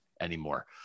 anymore